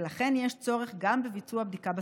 ולכן יש צורך גם בביצוע בדיקה בשדה.